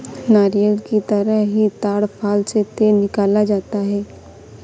नारियल की तरह ही ताङ फल से तेल निकाला जाता है